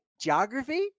geography